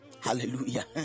hallelujah